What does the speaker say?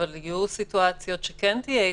אבל יהיו סיטואציות שכן תהיה התקהלות,